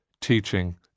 teaching